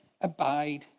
abide